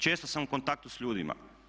Često sam u kontaktu sa ljudima.